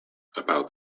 about